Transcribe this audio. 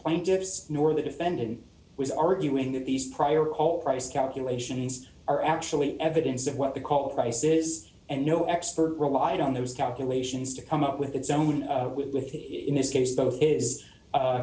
plaintiffs nor the defendant was arguing that these prior all price calculations are actually evidence of what they call prices and no expert relied on those calculations to come up with it's own with in this case